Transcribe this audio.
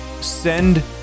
send